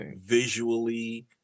visually